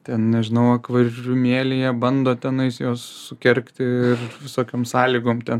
ten nežinau kvaižumėlėje bando tenai sukergti ir visokiom sąlygom ten